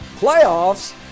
Playoffs